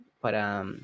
para